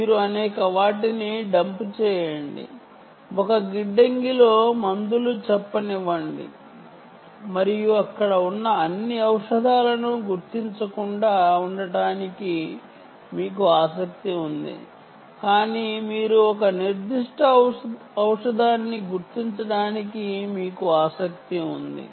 మీరు అనేక ఔషధాలను వేర్హౌస్ లో డంప్ చేయడం కోసం ఉపయోగించబడుతుంది మరియు అక్కడ ఉన్న అన్ని ఔషధాలను గుర్తించకుండా ఉండటానికి మీకు ఆసక్తి ఉంది కానీ మీరు ఒక నిర్దిష్ట ఔషధాన్ని గుర్తించడానికి మీకు ఆసక్తి ఉంది